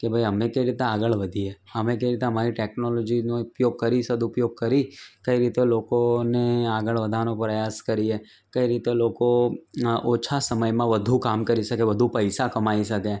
કે ભાઈ અમે કેવી રીતના આગળ વધીએ અમે કઈ રીતે અમારી ટેકનોલોજીનો ઉપયોગ કરી સદુપયોગ કરી કઈ રીતે લોકોને આગળ વધારવાનો પ્રયાસ કરીએ કઈ રીતે લોકોના ઓછા સમયમાં વધુ કામ કરી શકે વધુ પૈસા કમાઈ શકે